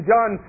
John